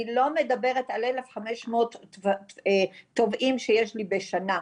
אני לא מדברת על אלף חמש מאות תובעים שיש לי בשנה,